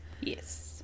Yes